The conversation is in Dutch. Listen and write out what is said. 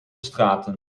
straten